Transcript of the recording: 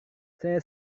saya